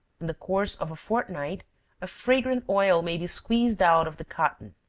in the course of a fortnight a fragrant oil may be squeezed out of the cotton.